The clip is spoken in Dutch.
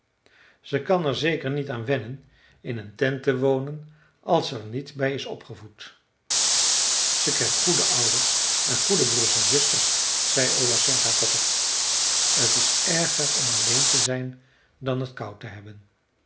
ze kan er zeker niet aan wennen in een tent te wonen als ze er niet bij is opgevoed ze krijgt goede ouders en goede broers en zusters zei ola serka koppig t is erger om alleen te zijn dan t koud te hebben